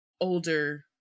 older